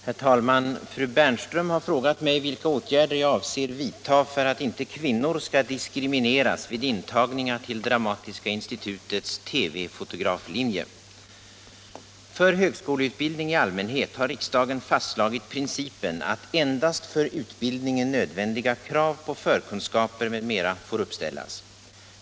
Herr talman! Fru Bernström har frågat mig vilka åtgärder jag avser att vidta för att inte kvinnor skall diskrimineras vid intagningar till Dramatiska institutets TV-fotograflinje. För högskoleutbildning i allmänhet har riksdagen fastslagit principen att endast för utbildningen nödvändiga krav på förkunskaper m.m. får uppställas.